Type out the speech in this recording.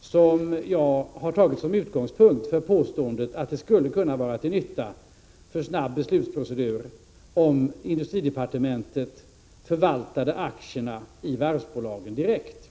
som jag har tagit som utgångspunkt för påståendet att det skulle kunna vara till nytta för snabb beslutsprocedur om industridepartementet förvaltade aktierna i varvsbolagen direkt.